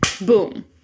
boom